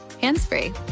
hands-free